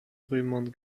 römern